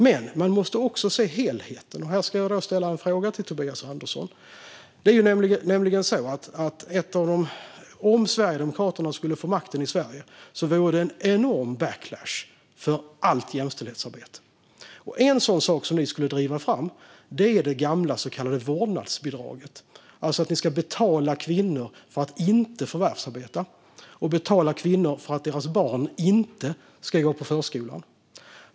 Men man måste också se helheten, och här ska jag ställa en fråga till Tobias Andersson. Om Sverigedemokraterna skulle få makten i Sverige vore det en enorm backlash för allt jämställdhetsarbete. En sak som ni skulle driva fram är det gamla så kallade vårdnadsbidraget, alltså att betala kvinnor för att inte förvärvsarbeta och för att deras barn inte ska gå på förskola.